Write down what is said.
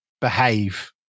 behave